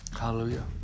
Hallelujah